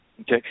Okay